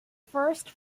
first